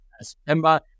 September